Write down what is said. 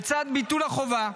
לצד ביטול החובה,